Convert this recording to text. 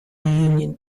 union